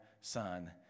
Son